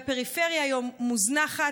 הפריפריה היום מוזנחת,